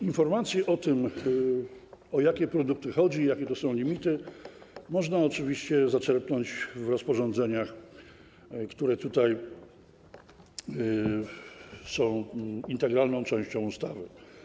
Informacji o tym, o jakie produkty chodzi, jakie to są limity, można oczywiście zaczerpnąć z rozporządzeń, które tutaj są integralną częścią ustawy.